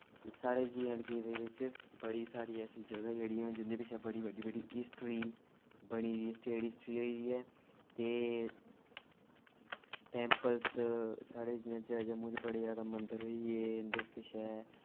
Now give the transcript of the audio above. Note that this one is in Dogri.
साढ़े जे ऐंड के दे बिच्च बड़ी सारी ऐसी जगह् जेह्ड़ियां जिं'दे पिच्छें पिंच्छें बड़ी बड्डी बड्डी हिस्टरी बनी दी स्टेट हिस्टरी होई गेई ऐ ते टैंपल्स साढ़े जियां जम्मू च बड़े जादा मन्दर होई गे इंदे पिच्छें